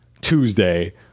Tuesday